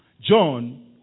John